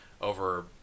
over